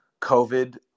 COVID